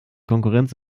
konkurrenz